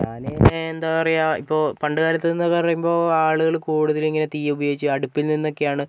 ഞാൻ പിന്നെ എന്താ പറയാ ഇപ്പോൾ പണ്ടുകാലത്തുന്ന് പറയുമ്പോൾ ആളുകൾ കൂടുതലിങ്ങനെ തീ ഉപയോഗിച്ച് അടുപ്പിൽ നിന്നൊക്കെയാണ്